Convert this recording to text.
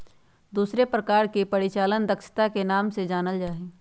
दूसर प्रकार के परिचालन दक्षता के नाम से जानल जा हई